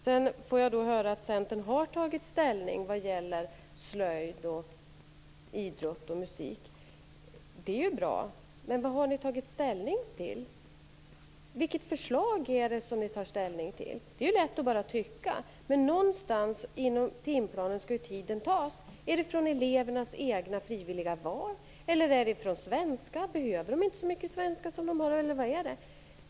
Sedan fick jag höra att Centern har tagit ställning i fråga om slöjd, idrott och musik. Det är bra, men vad har ni tagit ställning till? Vilket förslag har ni tagit ställning för? Det är ju lätt att bara tycka, men någonstans inom timplanen skall ju tiden tas ifrån. Är det från elevernas egna frivilliga val eller är det från svenskundervisningen? Behövs det inte så mycket svenskundervisning som det är i dag?